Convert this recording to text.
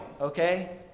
okay